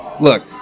Look